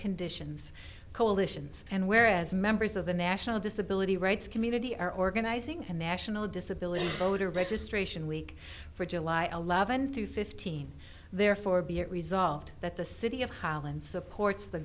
conditions coalitions and where as members of the national disability rights community are organizing a national disability voter registration week for july eleventh through fifteen therefore be it resolved that the city of holland supports the